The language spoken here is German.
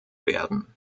werden